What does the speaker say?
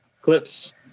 Clips